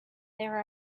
there